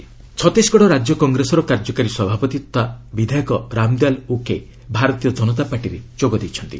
ଛତିଶଗଡ଼ କଙ୍ଗ୍ ଛତିଶଗଡ଼ ରାଜ୍ୟ କଂଗ୍ରେସର କାର୍ଯ୍ୟକାରୀ ସଭାପତି ତଥା ବିଧାୟକ ରାମ ଦୟାଲ୍ ଉକେ ଭାରତୀୟ ଜନତା ପାର୍ଟିରେ ଯୋଗ ଦେଇଛନ୍ତି